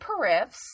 perif's